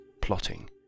plotting